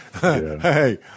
Hey